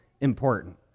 important